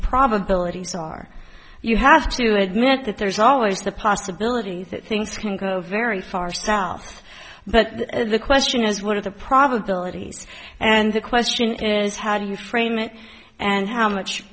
probabilities are you have to admit that there's always the possibility that things can go very far south but the question is what are the probabilities and the question is how do you frame it and how